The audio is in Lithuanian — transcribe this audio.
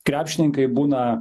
krepšininkai būna